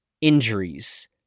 injuries